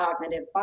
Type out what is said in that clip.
cognitive